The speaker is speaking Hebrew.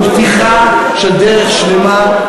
הוא פתיחה של דרך שלמה,